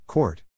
Court